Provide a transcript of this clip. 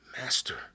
Master